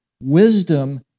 Wisdom